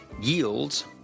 Yields